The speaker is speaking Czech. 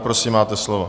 Prosím, máte slovo.